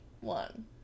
one